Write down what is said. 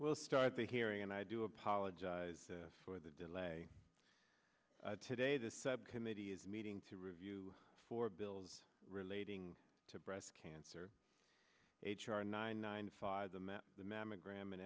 will start the hearing and i do apologize for the delay today the subcommittee is meeting to review four bills relating to breast cancer h r nine ninety five the met the mammogram and